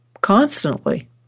constantly